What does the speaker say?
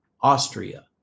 Austria